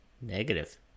negative